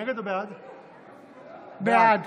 בעד